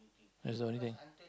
that's the only thing